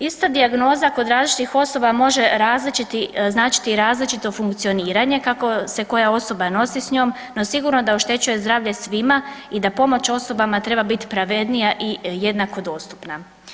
Ista dijagnoza kod različitih osoba može značiti različito funkcioniranje kako se koja osoba nosi s njom, no sigurno da oštećuje zdravlje svima i da pomoć osobama treba biti pravednija i jednako dostupna.